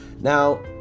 Now